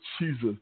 Jesus